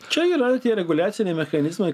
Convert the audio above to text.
čia yra tie reguliaciniai mechanizmai